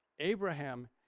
Abraham